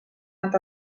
nad